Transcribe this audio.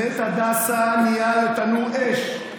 בית הדסה נהיה לתנור אש.